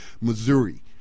Missouri